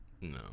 No